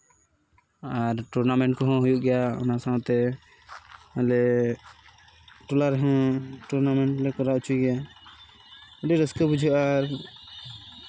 ᱟᱨ tournament ᱠᱚᱦᱚᱸ ᱦᱩᱭᱩᱜ ᱜᱮᱭᱟ ᱚᱱᱟ ᱥᱟᱶᱛᱮ ᱟᱞᱮ ᱴᱚᱞᱟ ᱨᱮᱦᱚᱸ ᱴᱩᱨᱱᱟᱢᱮᱱᱴ ᱞᱮ ᱠᱚᱨᱟᱣ ᱦᱚᱪᱚᱭ ᱜᱮᱭᱟ ᱟᱹᱰᱤ ᱨᱟᱹᱥᱠᱟᱹ ᱵᱩᱡᱷᱟᱹᱜᱼᱟ